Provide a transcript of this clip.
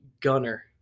gunner